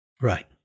Right